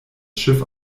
schiff